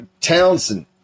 Townsend